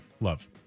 love